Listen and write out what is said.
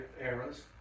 eras